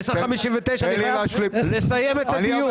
השעה 10:59. אני צריך לסיים את הדיון.